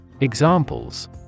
Examples